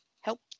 help